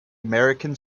american